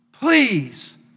Please